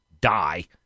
die